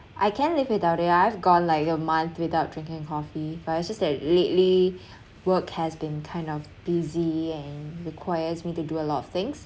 I can live without it I've gone like a month without drinking coffee but it's just that lately work has been kind of busy and requires me to do a lot of things